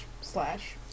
slash